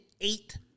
eight